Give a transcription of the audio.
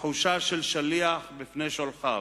תחושה של שליח לפני שולחיו.